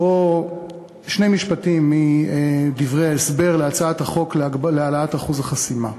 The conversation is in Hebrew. לקרוא שני משפטים מדברי ההסבר להצעת החוק להעלאת אחוז החסימה: